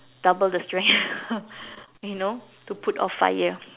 double the strength you know to put off fire